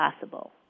possible